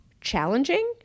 challenging